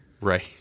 Right